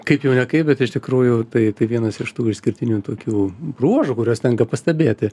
kaip jau ne kaip bet iš tikrųjų tai vienas iš tų išskirtinių tokių bruožų kuriuos tenka pastebėti